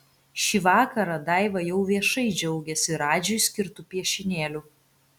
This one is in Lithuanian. šį vakarą daiva jau viešai džiaugiasi radžiui skirtu piešinėliu